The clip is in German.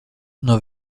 nur